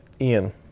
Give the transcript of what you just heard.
Ian